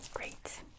Great